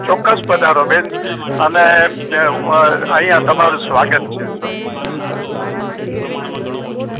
ચોક્કસ પધારો બેન અને અહીંયા તમારું સ્વાગત છે હઁ